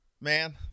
Man